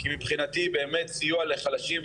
כי מבחינתי באמת סיוע לחלשים ולנזקקים,